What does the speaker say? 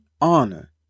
honor